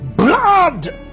Blood